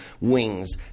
wings